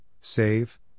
save